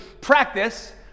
practice